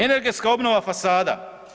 Energetska obnova fasada.